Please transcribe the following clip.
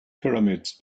pyramids